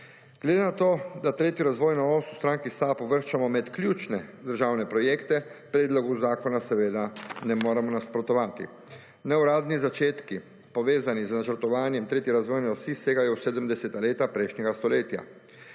Glede na to, da tretjo razvojno os v stranki uvrščamo med ključne državne projekte, predlogu zakona seveda ne moremo nasprotovati. Neuradni začetki, povezani z načrtovanjem tretje razvojne osi, segajo v 70. leta prejšnjega stoletja.